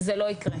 זה לא יקרה,